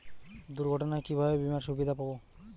দুর্ঘটনায় কিভাবে বিমার সুবিধা পাব?